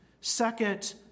second